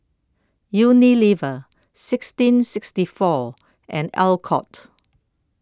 Unilever sixteen sixty four and Alcott